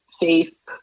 faith